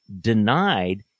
denied